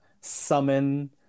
summon